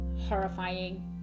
horrifying